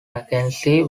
mackenzie